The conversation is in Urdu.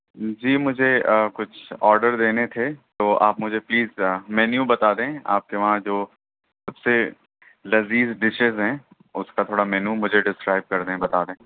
جی مجھے آ کچھ آڈر دینے تھے تو آپ مجھے پلیز مینیو بتا دیں آپ کے وہاں جو سب سے لذیذ ڈشز ہیں اُس کا تھوڑا مینیو مجھے ڈسکرائب کردیں بتا دیں